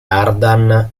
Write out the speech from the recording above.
ardan